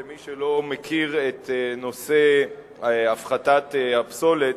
למי שלא מכיר את נושא הפחתת הפסולת,